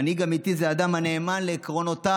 מנהיג אמיתי זה אדם הנאמן לעקרונותיו,